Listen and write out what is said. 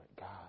God